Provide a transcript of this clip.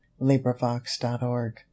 LibriVox.org